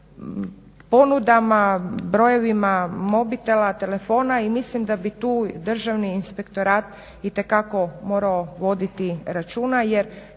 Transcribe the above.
ponudama, brojevima mobitela, telefona i mislim da bi tu Državni inspektorat itekako morao voditi računa